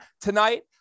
tonight